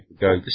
go